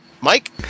Mike